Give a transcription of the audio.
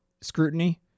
scrutiny